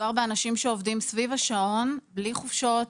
מדובר באנשים שעובדים סביב השעון בלי חופשות,